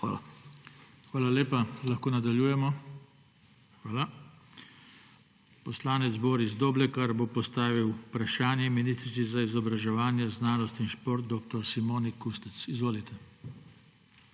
TANKO: Hvala lepa. Lahko nadaljujemo? Hvala. Poslanec Boris Doblekar bo postavil vprašanje ministrici za izobraževanje, znanost in šport dr. Simoni Kustec. Izvolite.